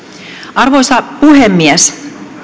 arvoisa puhemies